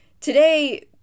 Today